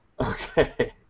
Okay